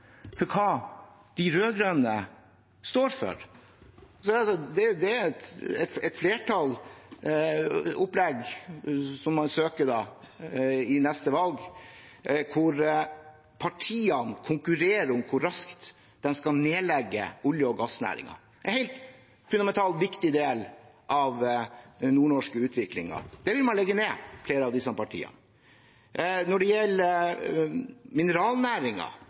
hva de rød-grønne står for, søker man i neste valg et flertallsopplegg der partiene konkurrerer om hvor raskt de skal nedlegge olje- og gassnæringen, en helt fundamentalt viktig del av den nordnorske utviklingen. Den vil flere av disse partiene legge ned. Når det gjelder